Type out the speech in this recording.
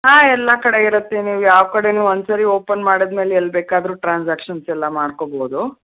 ಹಾಂ ಎಲ್ಲ ಕಡೆ ಇರತ್ತೆ ನೀವು ಯಾವ ಕಡೆಯೂ ಒಂದ್ಸರಿ ಓಪನ್ ಮಾಡಿದಮೇಲೆ ಎಲ್ಲಿ ಬೇಕಾದರೂ ಟ್ರಾನ್ಸಾಕ್ಷನ್ಸ್ ಎಲ್ಲ ಮಾಡ್ಕೊಬೋದು